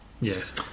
Yes